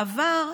בעבר,